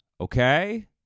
okay